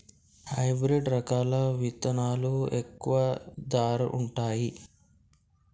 Hybrid రకాల విత్తనాలు తక్కువ ధర ఉంటుందా?